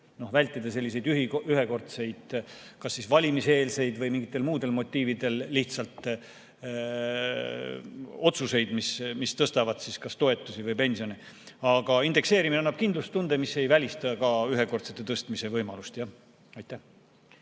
vältida selliseid ühekordseid kas valimiseelseid või mingitel muudel motiividel otsuseid, mis tõstavad kas toetusi või pensione. Indekseerimine annab kindlustunde, aga ei välista ka ühekordse tõstmise võimalust. Aitäh!